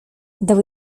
dał